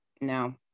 No